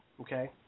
Okay